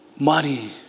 Money